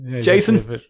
Jason